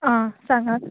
आं सांगात